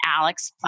Alex